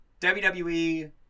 WWE